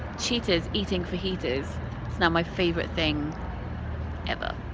cheetahs eating fajitas! it's now my favourite thing ever